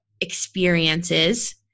experiences